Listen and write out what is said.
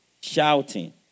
shouting